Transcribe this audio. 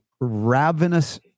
ravenous